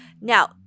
Now